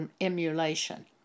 emulation